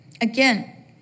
Again